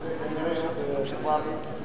אנחנו חיים את זה.